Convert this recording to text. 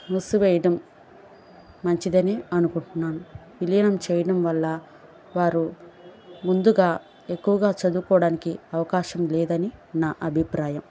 మూసివేయడం మంచిదని అనుకుంటున్నాను విలీనం చేయడం వల్ల వారు ముందుగా ఎక్కువగా చదువుకోవడానికి అవకాశం లేదని నా అభిప్రాయం